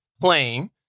playing